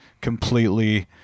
completely